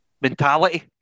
mentality